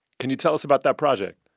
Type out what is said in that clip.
can you tell us about that project?